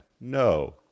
No